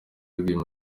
rwigema